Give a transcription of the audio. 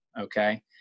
Okay